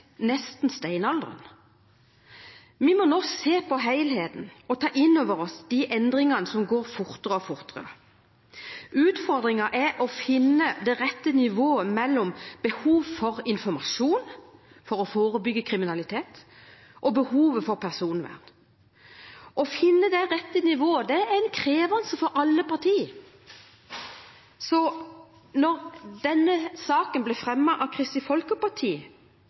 nesten steinalderen. Vi må nå se på helheten og ta inn over oss de endringene som går fortere og fortere. Utfordringen er å finne det rette nivået mellom behovet for informasjon for å forebygge kriminalitet og behovet for personvern. Å finne det rette nivået er krevende for alle partier. Da denne saken ble fremmet av Kristelig Folkeparti,